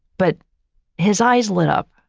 but his eyes lit up.